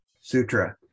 sutra